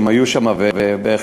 שהם היו שם ובהחלט,